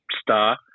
star